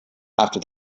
after